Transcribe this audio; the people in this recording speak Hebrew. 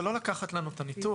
זה לא לקחת לנו את הניטור.